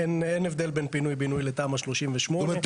אין הבדל בין פינוי בינוי לתמ"א 38. זאת אומרת,